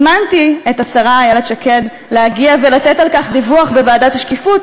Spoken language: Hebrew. הזמנתי את השרה איילת שקד להגיע ולתת על כך דיווח בוועדת השקיפות,